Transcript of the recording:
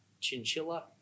Chinchilla